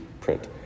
print